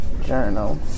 journal